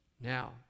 Now